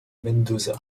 mendoza